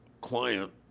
client